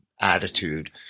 attitude